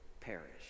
perish